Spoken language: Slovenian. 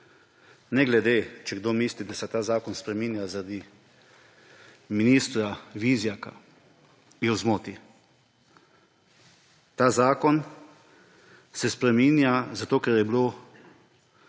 da če kdo misli, da se ta zakon spreminja zaradi ministra Vizjaka, je v zmoti. Ta zakon se spreminja zato, ker je bilo